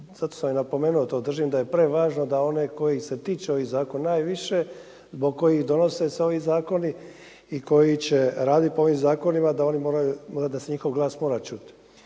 jer sad sam napomenuo, držim da je prevažno da je onaj koji se tiče ovih zakona najviše zbog kojih se donose ovi zakoni i koji će raditi po ovim zakonima da oni moraju,